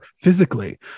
physically